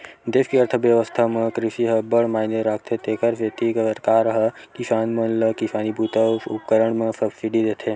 देस के अर्थबेवस्था म कृषि ह अब्बड़ मायने राखथे तेखर सेती सरकार ह किसान मन ल किसानी बूता अउ उपकरन म सब्सिडी देथे